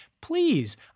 Please